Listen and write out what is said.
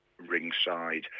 ringside